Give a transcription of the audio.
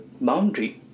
boundary